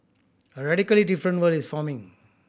a radically different world is forming